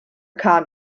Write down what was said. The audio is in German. kahn